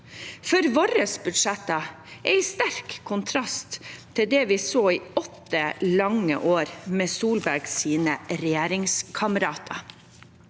for våre budsjetter er i sterk kontrast til det vi så i åtte lange år med Solbergs regjeringskamerater.